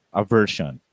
aversion